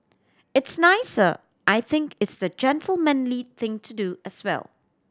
it's nicer I think it's the gentlemanly thing to do as well